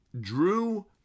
Drew